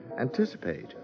anticipate